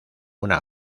una